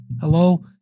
Hello